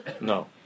No